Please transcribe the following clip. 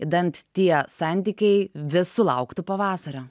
idant tie santykiai vis sulauktų pavasario